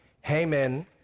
Haman